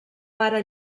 pare